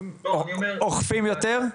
אוכפים יותר?